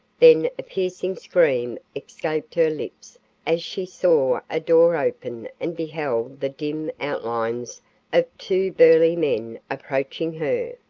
then a piercing scream escaped her lips as she saw a door open and beheld the dim outlines of two burly men approaching her.